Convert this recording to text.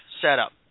setup